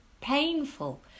painful